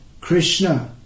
Krishna